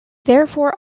therefore